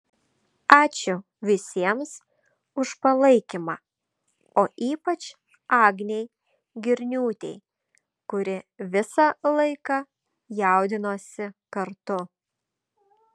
ačiū visiems už palaikymą o ypač agnei girniūtei kuri visą laiką jaudinosi kartu